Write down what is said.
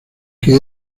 que